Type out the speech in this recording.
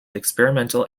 experimental